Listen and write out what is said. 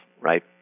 right